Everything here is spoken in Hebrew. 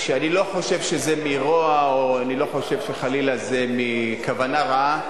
אני לא חושב שזה מרוע ואני לא חושב שחלילה זה מכוונה רעה,